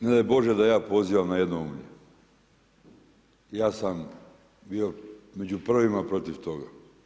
Ne daj Bože da ja pozivam na jednoumlje, ja sam bio među prvima protiv toga.